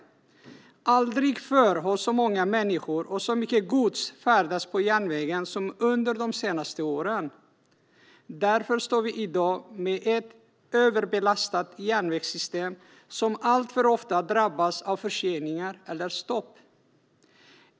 Aldrig förr har så många människor och så mycket gods färdats på järnvägen som under de senaste åren. Därför står vi i dag med ett överbelastat järnvägssystem som alltför ofta drabbas av förseningar eller stopp.